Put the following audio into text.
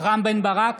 רם בן ברק,